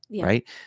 right